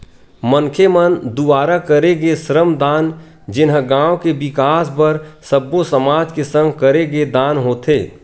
मनखे मन दुवारा करे गे श्रम दान जेनहा गाँव के बिकास बर सब्बो समाज के संग करे गे दान होथे